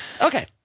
Okay